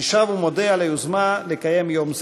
אני שב ומודה על היוזמה לקיים יום זה,